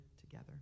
together